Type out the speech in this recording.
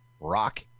rock